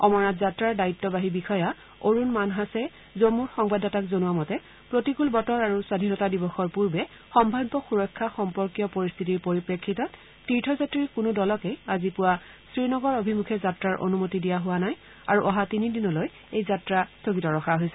অমৰনাথ যাত্ৰাৰ দায়িত্বাহী বিষয়া অৰুণ মানহাচে আমাৰ জম্মুৰ সংবাদদাতাক জনোৱা মতে প্ৰতিকূল বতৰ আৰু স্বধীনতা দিৱসৰ পূৰ্বে সাম্ভাব্য সুৰক্ষা সম্পৰ্কীয় পৰিস্থিতিৰ পৰিপ্ৰেক্ষিতত তীৰ্থযাত্ৰীৰ কোনো দলকেই আজি পুৱা শ্ৰীনগৰ অভিমুখে যাত্ৰাৰ অনুমতি দিয়া হোৱা নাই আৰু অহা তিনিদিনলৈ এই যাত্ৰা বাতিল কৰা হৈছে